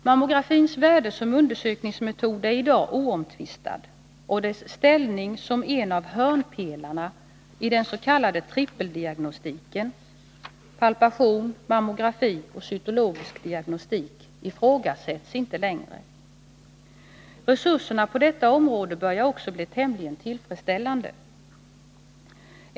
Mammografins värde som undersökningsmetod är i dag oomtvistad och dess ställning som en av hörnpelarna i den s.k. trippeldiagnostiken — palpation, mammografi och cytologisk diagnostik — ifrågasätts inte längre. Resurserna på detta område börjar också bli tämligen tillfredsställande.